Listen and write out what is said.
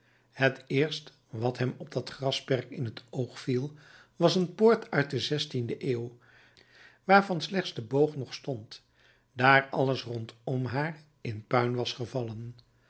het eerst wat hem op dat grasperk in t oog viel was een poort uit de zestiende eeuw waarvan slechts de boog nog stond daar alles rondom haar in puin was gevallen